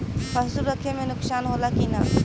पशु रखे मे नुकसान होला कि न?